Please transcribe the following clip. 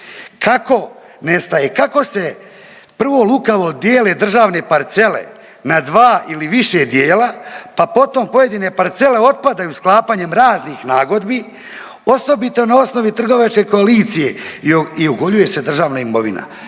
kako se prvo lukavo dijele državne parcele na dva ili više dijela pa potom pojedine parcele otpadaju sklapanjem raznih nagodbi, osobito na osnovi trgovačke koalicije i ogoljuje se državna imovina,